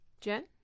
jen